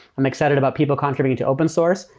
i'm excited about people contributing to open source.